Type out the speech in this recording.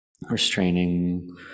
restraining